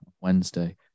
Wednesday